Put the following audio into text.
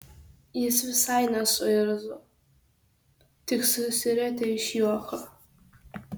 jis visai nesuirzo tik susirietė iš juoko